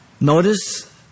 Notice